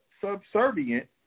subservient